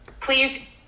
please